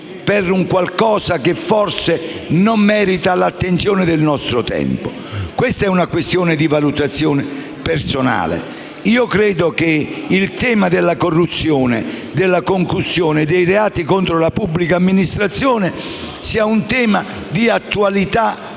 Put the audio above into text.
per qualcosa che forse non merita la nostra attenzione. Questa è una valutazione personale. Io credo che quello della corruzione, della concussione e dei reati contro la pubblica amministrazione sia un tema di attualità